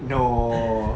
no